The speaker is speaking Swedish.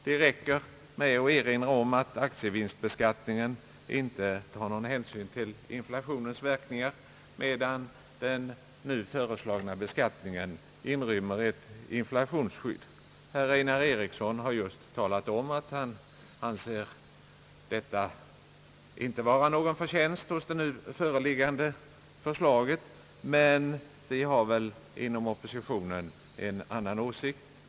Det räcker med att erinra om att aktievinstbeskattningen inte tar någon hänsyn till inflationens verkningar, medan den nu föreslagna beskattningen inrymmer ett inflationsskydd, Herr Einar Eriksson har just talat om att han inte anser detta vara någon förtjänst hos det nu föreliggande förslaget, men vi inom oppositionen har en annan åsikt.